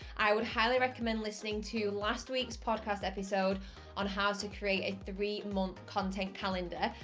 i would highly recommend listening to last week's podcast episode on how to create a three month content calendar,